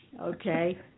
Okay